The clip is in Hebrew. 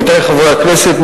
עמיתי חברי הכנסת,